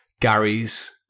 Gary's